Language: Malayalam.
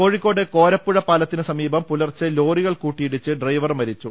കോഴിക്കോട് കോരപ്പുഴ പാലത്തിന് സമീപം പുലർച്ചെ ലോറി കൾ കൂട്ടിയിടിച്ച് ഡ്രൈവർ മരിച്ചു